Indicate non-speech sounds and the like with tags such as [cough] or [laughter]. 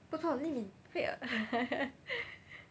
[laughs]